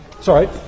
Sorry